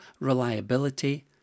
reliability